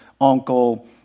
uncle